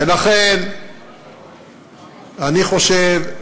ולכן אני חושב,